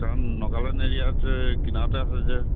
কাৰণ নগালেণ্ড এৰিয়াত যে কিনাৰতে আছে যে